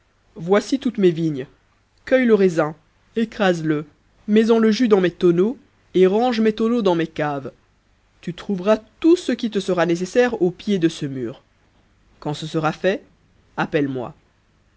voici toutes mes vignes cueille le raisin écrase le mets en le jus dans mes tonneaux et range mes tonneaux dans mes caves tu trouveras tout ce qui te sera nécessaire au pied de ce mur quand ce sera fait appelle-moi